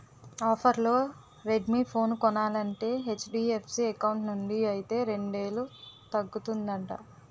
ఆఫర్లో Redmi phone కొనాలంటే HDFC account నుండి అయితే రెండేలు తగ్గుతుందట